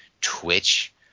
Twitch